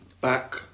Back